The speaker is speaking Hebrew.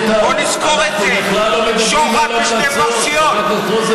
חבר הכנסת רוזנטל.